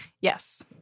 Yes